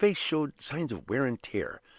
his face showed signs of wear and tear,